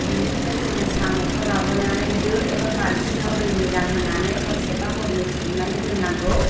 बेनिफ्राय जोङो साम'खौ लाबोनानै दो एबा बालथिङाव दै मोजां होनानै हरसे बा हरनै सोमनानै दोन्नांगौ